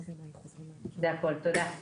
תודה.